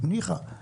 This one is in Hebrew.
ניחא.